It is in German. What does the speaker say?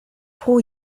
pro